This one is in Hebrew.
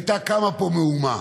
הייתה קמה פה מהומה.